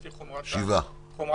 לפי חומרת הנושא.